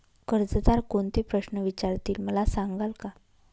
कर्जदार कोणते प्रश्न विचारतील, मला सांगाल का?